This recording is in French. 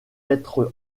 être